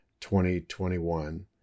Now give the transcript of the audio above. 2021